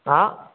हा